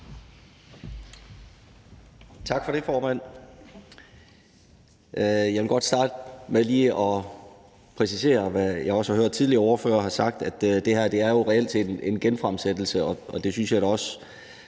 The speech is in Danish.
Tak for det, formand.